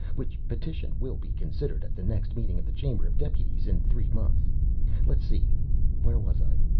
which petition will be considered at the next meeting of the chamber of deputies in three months let's see, where was i?